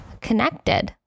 connected